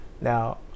Now